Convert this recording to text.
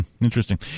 interesting